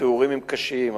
התיאורים הם קשים,